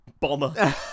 bomber